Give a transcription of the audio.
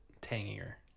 tangier